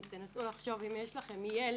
תנסו לחשוב על מצב שבו יש לכם ילד